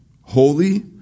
holy